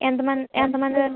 ఎంతమంది ఎంతమంది